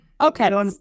Okay